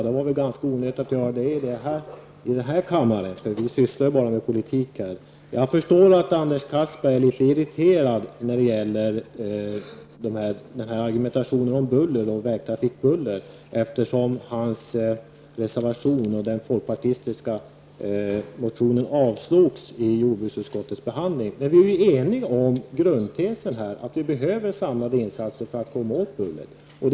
Det var ganska onödigt att göra det i den här kammaren, för vi sysslar här bara med politik. Jag förstår att Anders Castberger är litet irriterad när det gäller argumentation om vägtrafikbuller, eftersom hans och folkpartiets motion avstyrktes i jordbruksutskottets behandling. Men vi är eniga om grundtesen, att vi behöver samlade insatser för att få bort bullret.